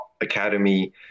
academy